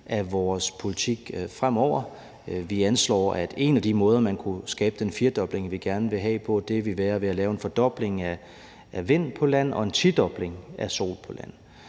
af vores politik fremover. Vi anslår, at en af de måder, man kunne skabe den firedobling, som vi gerne vil have, er ved at lave en fordobling af vindenergi på land og en tidobling af solenergi på land.